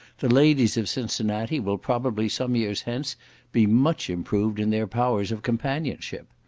the ladies of cincinnati will probably some years hence be much improved in their powers of companionship.